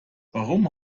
warum